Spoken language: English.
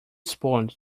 spawned